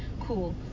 cool